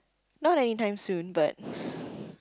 no that in time soon but